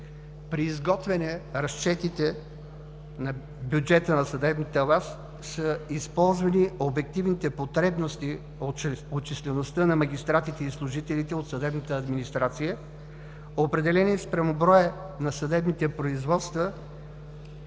При изготвяне разчетите на бюджета на съдебната власт са използвани обективните потребности от числеността на магистратите и служителите от служебната администрация, определени спрямо броя на съдебните производства